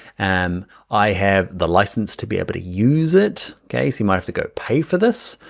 and i have the license to be able to use it, okay, seems i have to go pay for this,